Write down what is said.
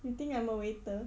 you think I'm a waiter